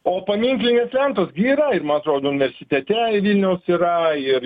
o paminklinės lentos gi yra ir man atrodo universitete vilniaus yra ir